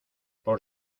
por